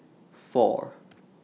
four